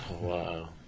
Wow